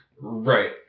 right